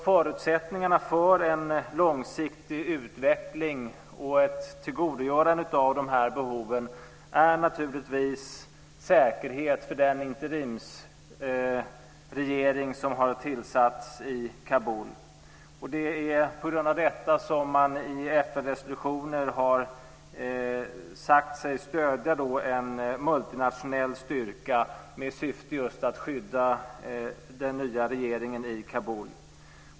Förutsättningarna för en långsiktig utveckling och ett tillgodogörande av de här behoven är naturligtvis säkerhet för den interimsregering som har tillsatts i Kabul. Det är på grund av detta som man i FN resolutioner har sagt sig stödja en multinationell styrka med syfte just att skydda den nya regeringen i Kabul.